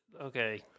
okay